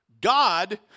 God